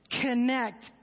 connect